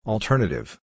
Alternative